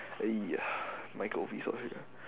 !hey! my are here